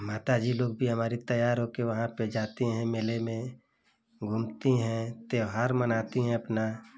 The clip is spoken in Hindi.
माता जी लोग भी हमारी तयार हो कर वहाँ पर जाते हैं मेले में घूमती हैं त्योहार मनाती हैं अपना